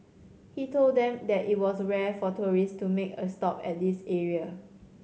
he told them that it was rare for tourists to make a stop at this area